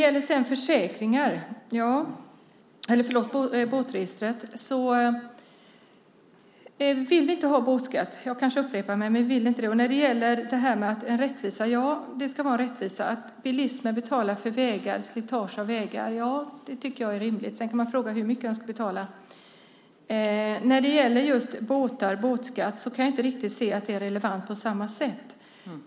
Vi vill inte ha båtskatt - jag kanske upprepar mig. Rättvisa - ja, det ska vara rättvisa. Bilismen betalar för slitage av vägar. Det tycker jag är rimligt. Sedan kan man diskutera hur mycket den ska betala. När det gäller båtskatt kan jag inte riktigt se att det är relevant på samma sätt.